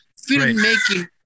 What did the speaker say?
Filmmaking